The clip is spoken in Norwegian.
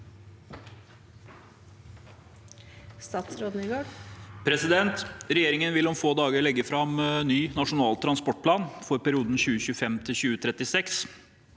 Regjeringen vil om få dager legge fram ny Nasjonal transportplan for perioden 2025–2036.